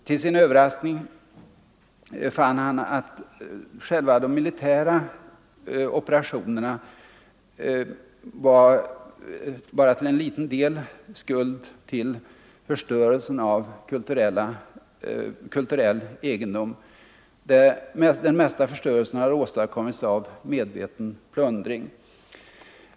Till sin överraskning fann han att själva de militära operationerna bara till en del var skuld till förstörelsen av kulturell egendom; den mesta förstörelsen hade åstadkommits genom medveten plundring.